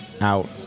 out